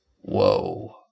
Whoa